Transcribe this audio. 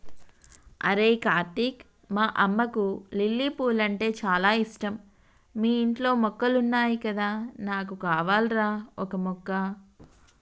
అరేయ్ కార్తీక్ మా అమ్మకు లిల్లీ పూలంటే చాల ఇష్టం మీ ఇంట్లో మొక్కలున్నాయి కదా నాకు కావాల్రా ఓక మొక్క